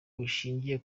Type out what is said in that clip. bushingiye